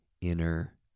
inner